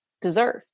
deserve